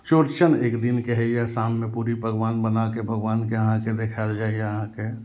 चोरचन एक दिनके होइए शाममे पूरी भगवान बनाके भगवानके अहाँके देखाएल जाइया अहाँके